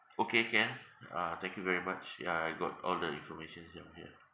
okay can uh thank you very much ya I got all the informations down here